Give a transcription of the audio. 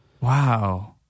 wow